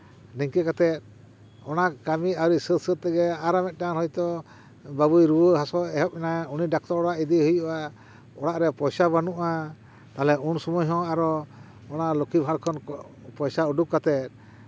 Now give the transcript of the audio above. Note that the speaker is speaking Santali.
ᱱᱤᱱᱠᱟᱹ ᱠᱟᱛᱮᱫ ᱚᱱᱟ ᱠᱟᱹᱢᱤ ᱟᱹᱣᱨᱤ ᱥᱟᱹᱛᱼᱥᱟᱹᱛ ᱛᱮᱜᱮ ᱟᱨᱚ ᱢᱤᱫᱴᱟᱱ ᱦᱚᱭᱛᱳ ᱵᱟᱹᱵᱩᱭ ᱨᱩᱣᱟᱹᱼᱦᱟᱹᱥᱩ ᱮᱦᱚᱵ ᱱᱟᱭ ᱩᱱᱤ ᱰᱟᱠᱛᱚᱨ ᱚᱲᱟᱜ ᱤᱫᱤᱭᱮ ᱦᱩᱭᱩᱜᱼᱟ ᱚᱲᱟᱜ ᱨᱮ ᱯᱚᱭᱥᱟ ᱵᱟᱹᱱᱩᱜᱼᱟ ᱛᱟᱦᱞᱮ ᱩᱱ ᱥᱚᱢᱚᱭ ᱦᱚᱸ ᱟᱨᱦᱚᱸ ᱚᱱᱟ ᱞᱚᱠᱠᱷᱤ ᱵᱷᱟᱬ ᱠᱷᱚᱱ ᱯᱚᱭᱥᱟ ᱩᱰᱩᱠ ᱠᱟᱛᱮᱫ